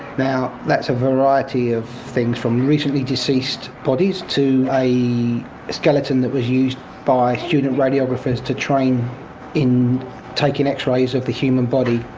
now, that's a variety of things, from recently deceased bodies, to a skeleton that was used by student radiographers to train in taking x-rays of the human body,